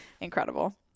Incredible